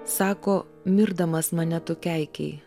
sako mirdamas mane tu keikei